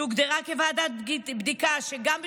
שהוגדרה כוועדת בדיקה גם,